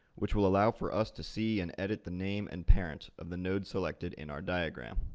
which will allow for us to see and edit the name and parent of the node selected in our diagram.